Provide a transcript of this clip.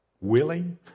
willing